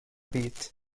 bit